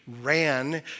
ran